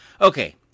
Okay